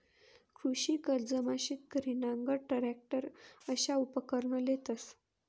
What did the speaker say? कृषी कर्जमा शेतकरी नांगर, टरॅकटर अशा उपकरणं लेतंस